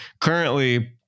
Currently